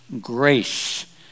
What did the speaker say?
grace